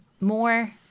more